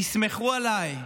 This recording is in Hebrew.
תסמכו עליי,